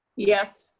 yes.